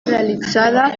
realitzada